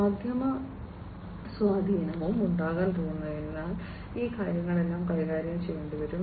മാധ്യമസ്വാധീനവും ഉണ്ടാകാൻ പോകുന്നതിനാൽ ഇക്കാര്യങ്ങളെല്ലാം കൈകാര്യം ചെയ്യേണ്ടിവരും